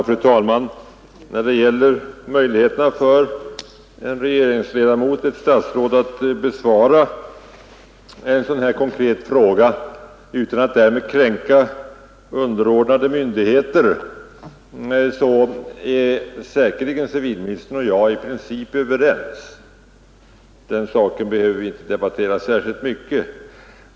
Fru talman! När det gäller möjligheterna för en regeringsledamot att besvara en konkret fråga utan att därmed kränka underordnade myndigheter, är säkerligen civilministern och jag i princip överens. Den saken behöver vi inte debattera särskilt mycket.